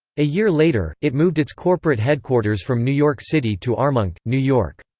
a year later, it moved its corporate headquarters from new york city to armonk, new york.